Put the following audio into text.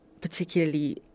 particularly